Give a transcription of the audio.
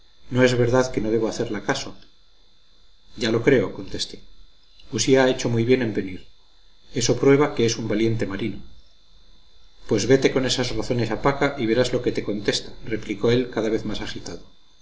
no es verdad que no debo hacerla caso ya lo creo contesté usía ha hecho muy bien en venir eso prueba que es un valiente marino pues vete con esas razones a paca y verás lo que te contesta replicó él cada vez más agitado